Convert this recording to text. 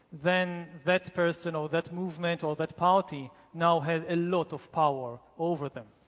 then that person or that movement or that party now has a lot of power over them.